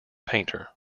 painter